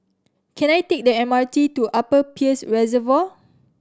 can I take the M R T to Upper Peirce Reservoir